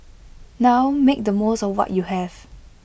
now make the most of what you have